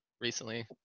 recently